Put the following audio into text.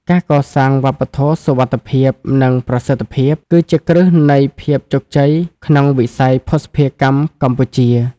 ការកសាង "វប្បធម៌សុវត្ថិភាព និងប្រសិទ្ធភាព" គឺជាគ្រឹះនៃភាពជោគជ័យក្នុងវិស័យភស្តុភារកម្មកម្ពុជា។